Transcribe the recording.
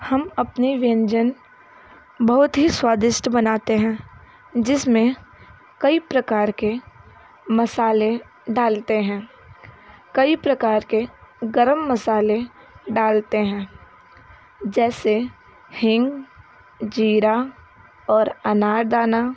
हम अपने व्यंजन बहुत ही स्वादिष्ट बनाते हैं जिसमें कई प्रकार के मसाले डालते हैं कई प्रकार के गरम मसाले डालते हैं जैसे हींग जीरा और अनार दाना